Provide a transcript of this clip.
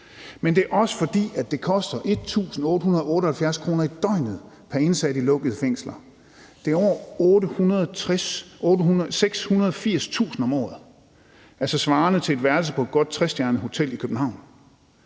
Men det er også, fordi det koster 1.878 kr. i døgnet pr. indsat i lukkede fængsler. Det er over 680.000 kr. om året, altså svarende til et værelse på et godt trestjernet hotel i København.